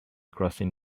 crossing